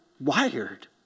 wired